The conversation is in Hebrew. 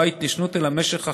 לא ההתיישנות אלא משך החקירה.